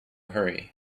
hurry